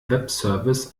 webservice